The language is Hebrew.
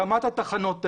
הקמת התחנות האלו,